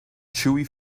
chewy